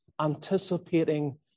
anticipating